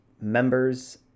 Members